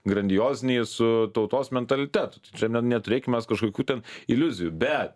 grandioziniai su tautos mentalitetu tai čia ne neturėkim mes kažkokių ten iliuzijų bet